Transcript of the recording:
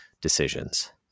decisions